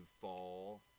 fall